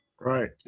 Right